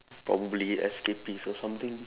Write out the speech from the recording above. probably escapist or something